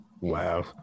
Wow